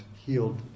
healed